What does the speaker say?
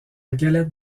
galette